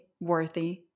worthy